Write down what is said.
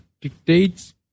dictates